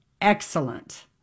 excellent